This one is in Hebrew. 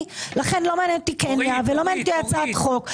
לכן לא מעניין אותי קניה או הצעת חוק.